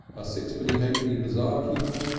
a sixpenny-halfpenny bazaar-keeper,